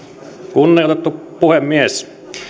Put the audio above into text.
kunnioitettu puhemies